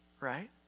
Right